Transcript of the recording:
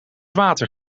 water